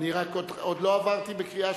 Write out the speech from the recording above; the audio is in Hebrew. סעיף 10,